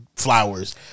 flowers